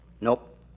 Nope